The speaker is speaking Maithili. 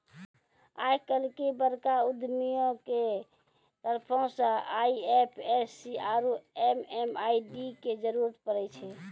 आइ काल्हि बड़का उद्यमियो के तरफो से आई.एफ.एस.सी आरु एम.एम.आई.डी के जरुरत पड़ै छै